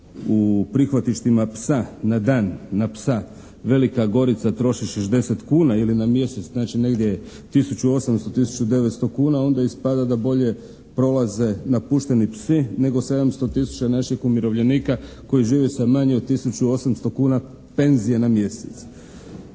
u prihvatištima psa na dan na psa Velika Gorica troši 60 kuna ili na mjesec znači negdje 1800, 1900 kuna. Onda ispada da bolje prolaze napušteni psi nego 700 tisuća naših umirovljenika koji žive sa manje od 1800 kuna penzije na mjesec.